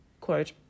quote